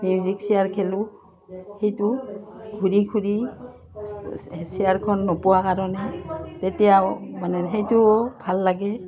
music chair খেলোঁ সেইটো ঘূৰি ঘূৰি চেয়াৰখন নোপোৱা কাৰণে তেতিয়াও মানে সেইটোও ভাল লাগে